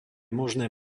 možné